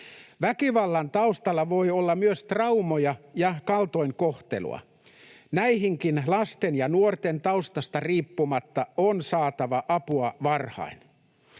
Väkivallan taustalla voi olla myös traumoja ja kaltoinkohtelua. Näihinkin lasten ja nuorten, taustasta riippumatta, on saatava apua varhain.